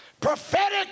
Prophetic